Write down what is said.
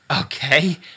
Okay